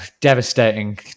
devastating